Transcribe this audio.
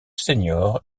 seniors